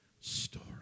story